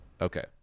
Okay